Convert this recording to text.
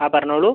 അ പറഞ്ഞോളു